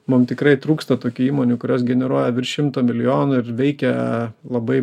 mum tikrai trūksta tokių įmonių kurios generuoja virš šimto milijonų ir veikia labai